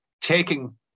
taking